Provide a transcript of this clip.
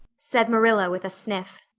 said marilla with a sniff.